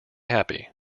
happy